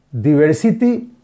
diversity